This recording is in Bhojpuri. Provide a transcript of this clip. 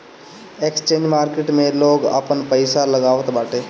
एक्सचेंज मार्किट में लोग आपन पईसा लगावत बाटे